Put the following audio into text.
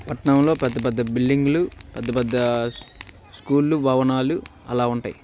పట్టణంలో పెద్ద పెద్ద బిల్డింగ్లు పెద్ద పెద్ద స్కూళ్ళ భవనాలు అలా ఉంటాయి